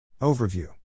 Overview